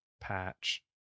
patch